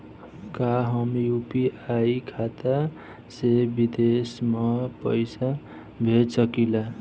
का हम यू.पी.आई खाता से विदेश म पईसा भेज सकिला?